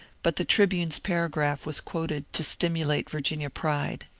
but the tribune's paragraph was quoted to stimulate virginia pride.